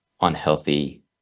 unhealthy